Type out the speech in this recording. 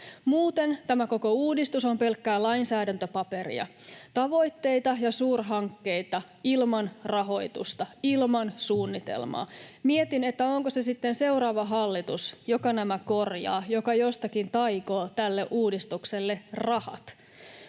Muuten tämä koko uudistus on pelkkää lainsäädäntöpaperia, tavoitteita ja suurhankkeita ilman rahoitusta, ilman suunnitelmaa. Mietin, onko se sitten seuraava hallitus, joka nämä korjaa, joka jostakin taikoo tälle uudistukselle rahat.